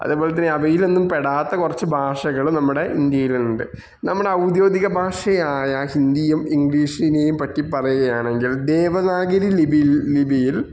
അതേപോലെ തന്നെ അവയിലൊന്നും പെടാത്ത കുറച്ച് ഭാഷകൾ നമ്മുടെ ഇന്ത്യയിലുണ്ട് നമ്മുടെ ഔദ്യോഗിക ഭാഷയായ ഹിന്ദിയും ഇംഗ്ലീഷിനെയും പറ്റി പറയുകയാണെങ്കിൽ ദേവനാഗിരി ലിപിയിൽ ലിപിയിൽ